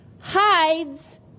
hides